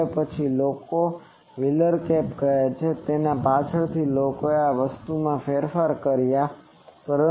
હવે પછી લોકો આને વ્હીલર કેપ કહે છે તેથી પાછળથી લોકોએ પણ આ વસ્તુમાં ફેરફાર કર્યા છે